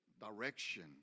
direction